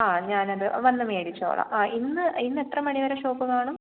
ആ ഞാൻ അത് വന്ന് മേടിച്ചോളാം ആ ഇന്ന് ഇന്ന് എത്ര മണി വരെ ഷോപ്പ് കാണും